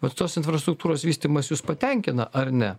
vat tos infrastruktūros vystymas jus patenkina ar ne